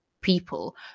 people